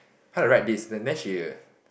how to write this and then she